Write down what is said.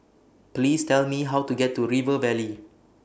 Please Tell Me How to get to River Valley